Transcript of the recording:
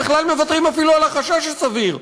בכלל מוותרים אפילו על החשש הסביר.